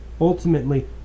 Ultimately